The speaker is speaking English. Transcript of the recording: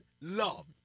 love